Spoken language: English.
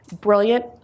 brilliant